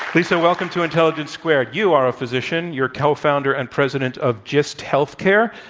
lisa, welcome to intelligence squared. you are a physician. you're cofounder and president of just health care.